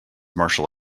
martial